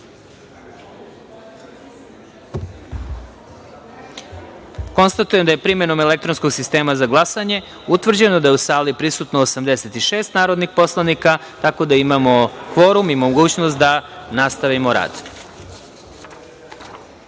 glasanje. Konstatujem da je, primenom elektronskog sistema za glasanje, utvrđeno da je u sali prisutno 86 narodnih poslanika, tako da imamo kvorum i mogućnost da nastavimo rad. Da